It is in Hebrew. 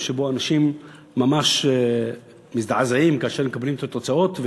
שבו אנשים ממש מזדעזעים כאשר הם מקבלים את התוצאות.